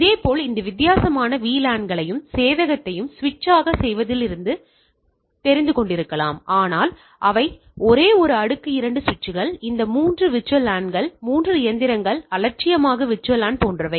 இதேபோல் இந்த வித்தியாசமான VLAN களையும் சேவையகத்தையும் சுவிட்ச் ஆஃப் செய்வதிலிருந்து கொண்டிருக்கலாம் ஆனால் அவை ஒரே அடுக்கு2 சுவிட்சுகள் இந்த மூன்று VLAN கள் மூன்று இயந்திரங்கள் அலட்சியமாக VLAN போன்றவை